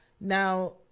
Now